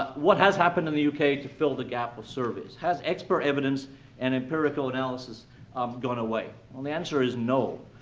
what has happened in the u k. to fill the gap of surveys? has expert evidence and empirical analysis gone away? um the answer is, no.